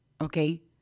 Okay